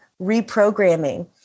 reprogramming